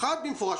אמר במפורש,